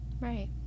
Right